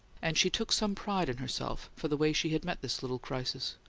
and she took some pride in herself for the way she had met this little crisis.